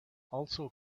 also